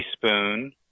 teaspoon